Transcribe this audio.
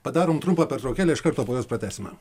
padarom trumpą pertraukėlę iš karto po jos pratęsime